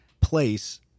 place